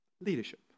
leadership